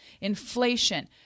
inflation